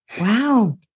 Wow